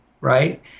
right